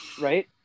right